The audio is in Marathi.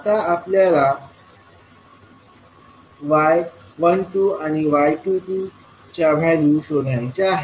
आता आपल्याला y12 आणि y22च्या व्हॅल्यू शोधायच्या आहे